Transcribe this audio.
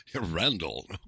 Randall